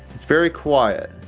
it's very quiet.